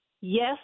yes